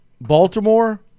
Baltimore